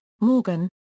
Morgan